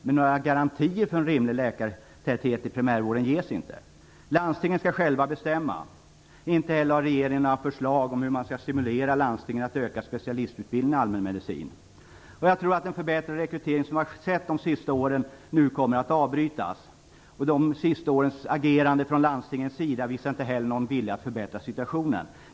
Men några garantier för en rimlig läkartäthet i primärvården ges inte. Landstingen skall själva bestämma. Inte heller har regeringen några förslag till hur man kan stimulera landstingen att öka specialistutbildningen i allmänmedicin. Jag tror att den förbättring av rekryteringen som har skett under de senaste åren nu kommer att avbrytas. De senaste årens agerande från landstingens sida visar heller inte på någon vilja att förbättra situationen.